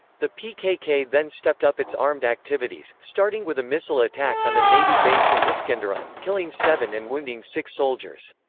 the pkk then stepped up its armed activities, starting with a missile attack on a navy base in iskenderun, killing seven and wounding six soldiers.